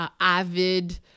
avid